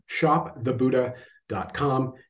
shopthebuddha.com